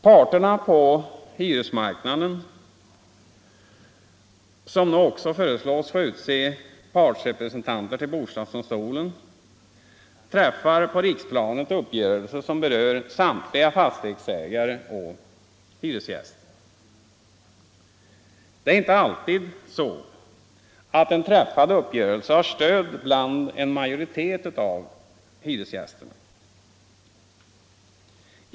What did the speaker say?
Parterna på hyresmarknaden, som nu också föreslås få utse partsrepresentanter till bostadsdomstolen, träffar på riksplanet uppgörelser som berör samtliga fastighetsägare och hyresgäster. Det är inte alltid så att en träffad uppgörelse har stöd bland en majoritet av hyresgästerna.